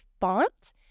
font